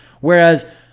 Whereas